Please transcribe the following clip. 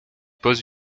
pose